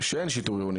שאין יותר שיטור עירוני